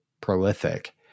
prolific